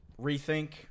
rethink